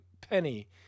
Penny